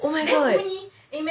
oh my god